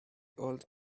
old